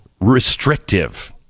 restrictive